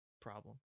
problem